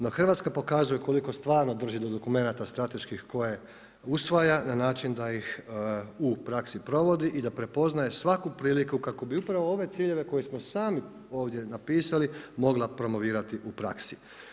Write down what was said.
No Hrvatska pokazuje koliko stvarno drži do dokumenata strateških koje usvaja na način da ih u praksi provodi i da prepoznaje svaku priliku kako bi upravo ove ciljeve koje smo sami ovdje napisali mogla promovirati u praksi.